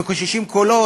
מקוששים קולות,